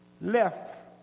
left